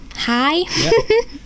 hi